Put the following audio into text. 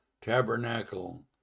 tabernacle